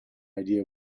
idea